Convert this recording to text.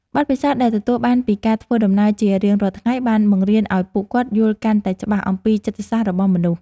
បទពិសោធន៍ដែលទទួលបានពីការធ្វើដំណើរជារៀងរាល់ថ្ងៃបានបង្រៀនឱ្យពួកគាត់យល់កាន់តែច្បាស់អំពីចិត្តសាស្ត្ររបស់មនុស្ស។